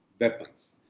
weapons